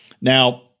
Now